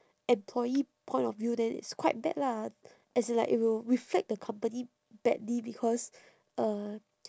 employee point of view then it's quite bad lah as in like it will reflect the company badly because uh